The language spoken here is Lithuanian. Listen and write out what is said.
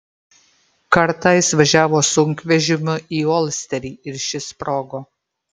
kartą jis važiavo sunkvežimiu į olsterį ir šis sprogo